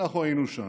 אנחנו היינו שם.